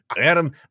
Adam